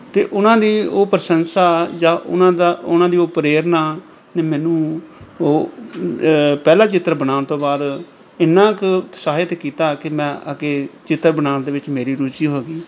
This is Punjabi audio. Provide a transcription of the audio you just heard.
ਅਤੇ ਉਹਨਾਂ ਦੀ ਉਹ ਪ੍ਰਸ਼ੰਸਾ ਜਾਂ ਉਹਨਾਂ ਦਾ ਉਹਨਾਂ ਦੀ ਉਹ ਪ੍ਰੇਰਨਾ ਨੇ ਮੈਨੂੰ ਉਹ ਪਹਿਲਾ ਚਿੱਤਰ ਬਣਾਉਣ ਤੋਂ ਬਾਅਦ ਇੰਨਾ ਕੁ ਉਤਸ਼ਾਹਿਤ ਕੀਤਾ ਕਿ ਮੈਂ ਆ ਕੇ ਚਿੱਤਰ ਬਣਾਉਣ ਦੇ ਵਿੱਚ ਮੇਰੀ ਰੁਚੀ ਹੋ ਗਈ